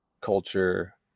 culture